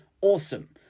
awesome